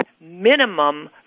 minimum